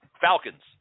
Falcons